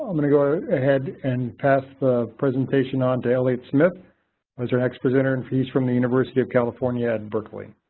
i'm going to go ahead and pass the presentation on to elliott smith who is our next presenter and he's from the university of california at and berkeley.